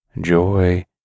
joy